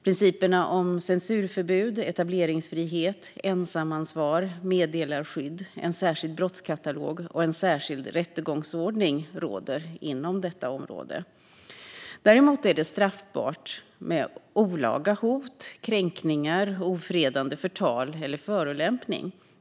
Principerna om censurförbud, etableringsfrihet, ensamansvar, meddelarskydd, en särskild brottskatalog och en särskild rättegångsordning råder inom detta område. Det är dock straffbart med olaga hot, kränkningar, ofredande, förtal eller förolämpning.